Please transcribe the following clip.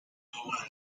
toma